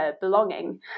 belonging